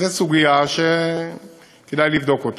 זו סוגיה שכדאי לבדוק אותה.